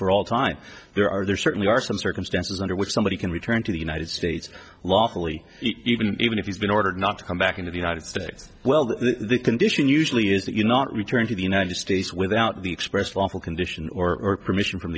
for all time there are there certainly are some circumstances under which somebody can return to the united states lawfully even even if he's been ordered not to come back into the united states well the condition usually is that you not return to the united states without the express lawful condition or permission from